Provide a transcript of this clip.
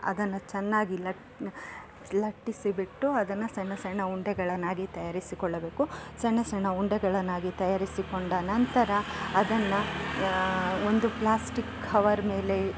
ಅದನ್ನು ಚೆನ್ನಾಗಿ ಲಟ್ಟಿಸಿ ಬಿಟ್ಟು ಅದನ್ನು ಸಣ್ಣ ಸಣ್ಣ ಉಂಡೆಗಳನ್ನಾಗಿ ತಯಾರಿಸಿಕೊಳ್ಳಬೇಕು ಸಣ್ಣ ಸಣ್ಣ ಉಂಡೆಗಳನ್ನಾಗಿ ತಯಾರಿಸಿಕೊಂಡ ನಂತರ ಅದನ್ನು ಒಂದು ಪ್ಲಾಸ್ಟಿಕ್ ಕವರ್ ಮೇಲೆ